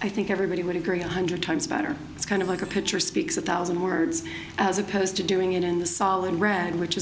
i think everybody would agree one hundred times better it's kind of like a picture speaks a thousand words as opposed to doing it in the solid red which